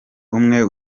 umwe